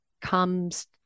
comes